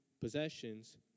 possessions